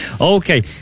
Okay